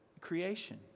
creation